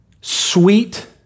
sweet